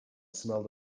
smelt